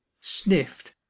sniffed